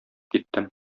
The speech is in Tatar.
киттем